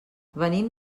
venim